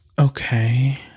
Okay